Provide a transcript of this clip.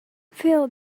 fill